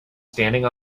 standing